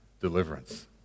deliverance